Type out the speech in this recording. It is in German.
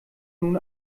nun